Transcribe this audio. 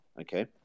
Okay